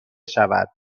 شود